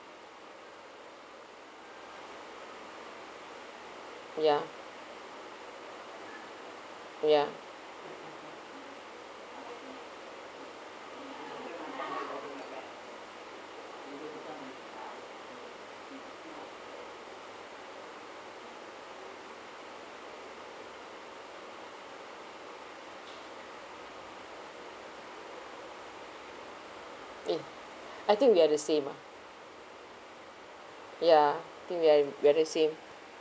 ya ya eh I think we are the same ah ya think we are we are the same